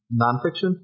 Nonfiction